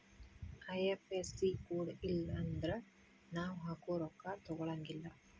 IFSC code ಇಲ್ಲನ್ದ್ರ ನಾವ್ ಹಾಕೊ ರೊಕ್ಕಾ ತೊಗೊಳಗಿಲ್ಲಾ